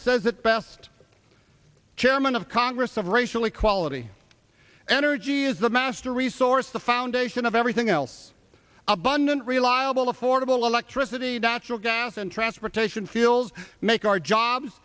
says it best chairman of the congress of racial equality energy is the master resource the foundation of everything else abundant reliable affordable electricity doctoral gas and transportation feels make our jobs